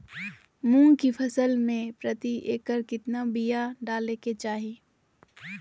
मूंग की फसल में प्रति एकड़ कितना बिया डाले के चाही?